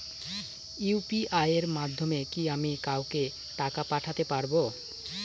UPI এর মাধ্যমে কি আমি কাউকে টাকা ও পাঠাতে পারবো?